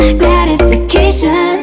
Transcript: gratification